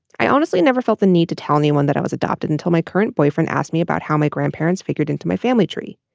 i honestly never felt the need to tell anyone that i was adopted until my current boyfriend asked me about how my grandparents figured into my family tree.